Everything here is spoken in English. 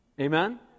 Amen